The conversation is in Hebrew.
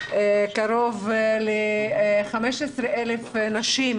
קרוב ל-15,000 נשים